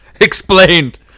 explained